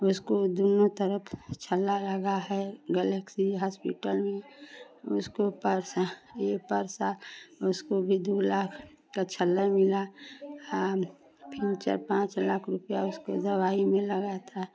उसको दोनों तरफ छल्ला लगा है गैलेक्सी हॉस्पिटल में उसको पैसा यह पैसा उसको भी दो लाख का छल्ला मिला हाँ फिर चार पाँच लाख रुपया उसकी दवाई में लगा था